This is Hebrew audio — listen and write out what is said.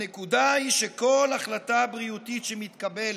הנקודה היא שכל החלטה בריאותית שמתקבלת,